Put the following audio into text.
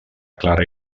clara